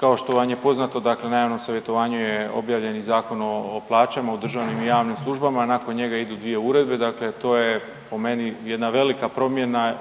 Kao što vam je poznato dakle na javnom savjetovanju je obavljen i Zakon o plaćama u državnim i javnim službama, nakon njega idu dvije uredbe. Dakle, to je po meni jedna velika promjena